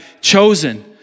chosen